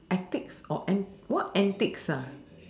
antics or and not antics ah